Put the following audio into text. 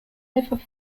never